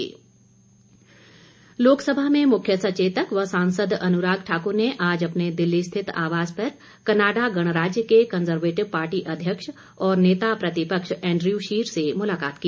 अनुराग ठाकुर लोकसभा में मुख्य सचेतक व सांसद अनुराग ठाकुर ने आज अपने दिल्ली स्थित आवास पर कनाडा गणराज्य के कंजर्वेटिव पार्टी अध्यक्ष और नेता प्रतिपक्ष एंड्रयू शीर से मुलाकात की